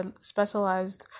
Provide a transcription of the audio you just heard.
specialized